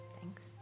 Thanks